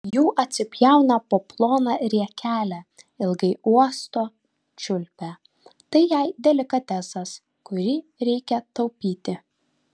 jų atsipjauna po ploną riekelę ilgai uosto čiulpia tai jai delikatesas kurį reikia taupyti